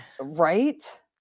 Right